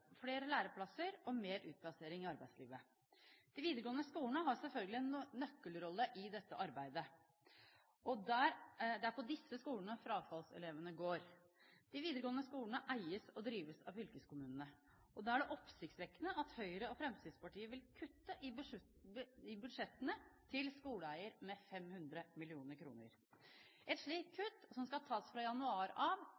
flere læreplasser og mer utplassering i arbeidslivet. De videregående skolene har selvfølgelig en nøkkelrolle i dette arbeidet. Det er på disse skolene frafallselevene går. De videregående skolene eies og drives av fylkeskommunene. Da er det oppsiktsvekkende at Høyre og Fremskrittspartiet vil kutte i budsjettene til skoleeier med 500 mill. kr. Et slikt